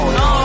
no